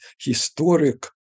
historic